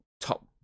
top